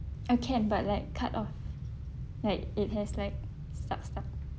ah can but like cut off like it has like